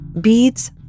Beads